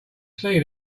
see